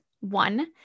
One